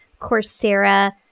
Coursera